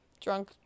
Drunk